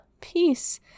peace